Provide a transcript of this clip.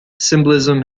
symbolism